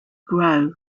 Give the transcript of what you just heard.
grow